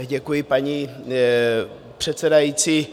Děkuji, paní předsedající.